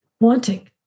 wanting